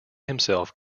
himself